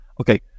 Okay